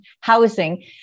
housing